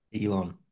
Elon